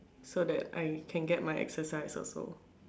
so that I can get my exercise also